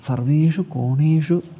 सर्वेषु कोणेषु